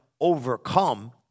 overcome